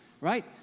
Right